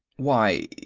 why,